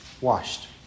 washed